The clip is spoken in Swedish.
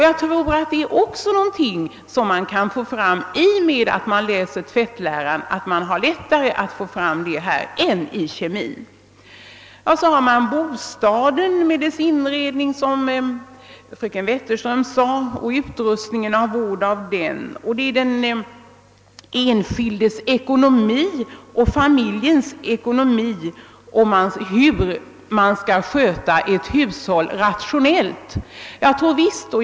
Jag tror det är lättare att få fram detta i samband med undervisning i tvättlära än vid kemiundervis ningen. Vidare gäller det bostaden med dess inredning och utrustning — som frö ken Wetterström talade om — och vården av denna. Momenten om den enskildes och familjens ekonomi och om hur man skall sköta ett hushåll rationellt kommer också in i bilden.